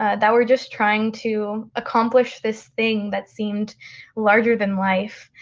ah that were just trying to accomplish this thing that seemed larger than life.